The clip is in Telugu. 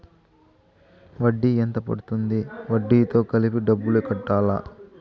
వడ్డీ ఎంత పడ్తుంది? వడ్డీ తో కలిపి డబ్బులు కట్టాలా?